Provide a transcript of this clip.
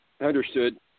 Understood